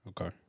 Okay